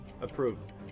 Approved